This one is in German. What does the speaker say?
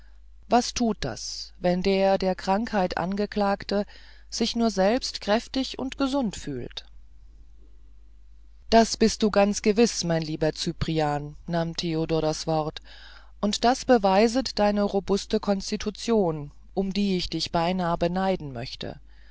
was tut das wenn der der krankheit angeklagte sich nur selbst kräftig und gesund fühlt das bist du ganz gewiß mein lieber cyprian nahm theodor das wort und das beweiset deine robuste konstitution um die ich dich beinah beneiden möchte